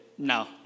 No